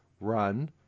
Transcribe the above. run